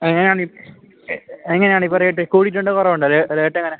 എങ്ങനാണി എങ്ങനാണിപ്പോൾ റേറ്റ് കൂടിട്ടുണ്ടോ കുറവുണ്ടോ റേ റേറ്റെങ്ങനാണ്